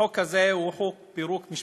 החוק הזה הוא חוק פירוק משפחות.